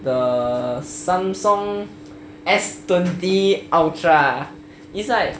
the samsung S twenty ultra is like